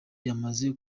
yamaze